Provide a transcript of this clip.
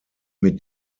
mit